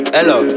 Hello